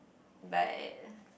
but